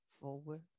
forward